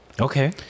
okay